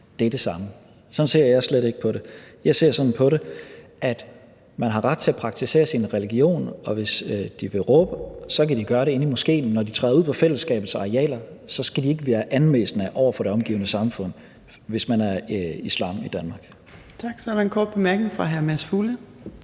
over hustagene. Sådan ser jeg slet ikke på det. Jeg ser sådan på det, at man har ret til at praktisere sin religion, og hvis de vil råbe, kan de gøre det inde i moskeen. Når de træder ud på fællesskabets arealer, skal de ikke være anmassende over for det omgivende samfund, hvis de er muslimer i Danmark. Kl. 17:44 Fjerde næstformand (Trine